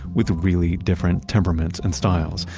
with really different temperaments and styles,